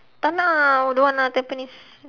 tak nak ah don't want lah tampines